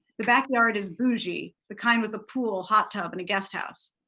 the backyard is booshie. the kind with a pool, hot tub, and a guest house.